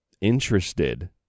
interested